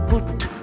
put